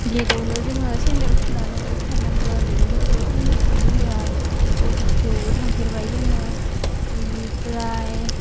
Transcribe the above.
गेटआवनो जोङो सेन्देल खुनानै थांनांगो बिनि बिथोराव सेन्देल खुनो होआ बैहिस्थ' आवबो थांफेबाय जोङो बिनिफ्राय